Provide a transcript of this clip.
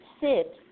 sit